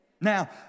Now